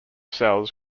cells